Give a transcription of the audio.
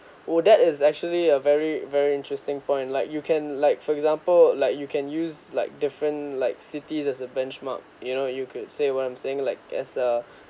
oh that is actually a very very interesting point like you can like for example like you can use like different like cities as a benchmark you know you could say what I'm saying like as a